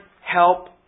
help